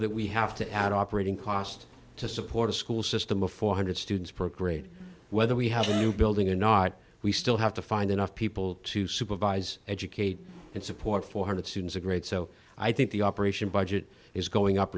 that we have to add operating cost to support a school system of four hundred dollars students per grade whether we have a new building or not we still have to find enough people to supervise educate and support four hundred students are great so i think the operation budget is going up